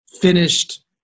finished